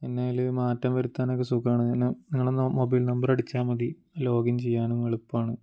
പിന്ന അതിന് മാറ്റം വരുത്താനൊക്കെ സുഖമാണ് നിങ്ങൾ ഒന്നു മൊബൈൽ നമ്പർ അടിച്ചാൽ മതി ലോഗിൻ ചെയ്യാനും എളുപ്പമാണ്